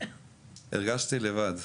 הרגשתי לבד.